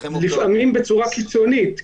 לפעמים בצורה קיצונית,